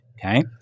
Okay